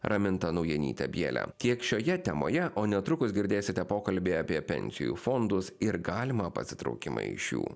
raminta naujanytė bjele tiek šioje temoje o netrukus girdėsite pokalbį apie pensijų fondus ir galimą pasitraukimą iš jų